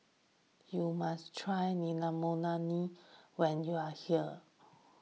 you must try Naengmyeon when you are here